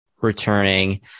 returning